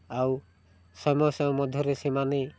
ଆଉ ସମୟ ସମୟ ମଧ୍ୟରେ ସେମାନେ